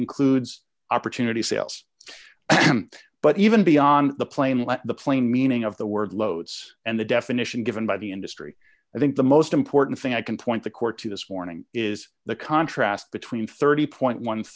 includes opportunity sales but even beyond the plain let the plain meaning of the word loads and the definition given by the industry i think the most important thing i can point the court to this morning is the contrast between thirty point one